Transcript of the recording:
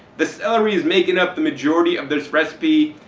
the celery's making up the majority of this recipe,